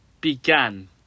began